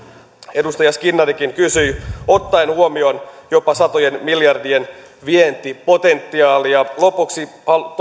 edustaja skinnarikin kysyi ottaen huomioon jopa satojen miljardien vientipotentiaalin lopuksi